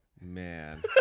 Man